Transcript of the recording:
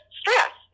stress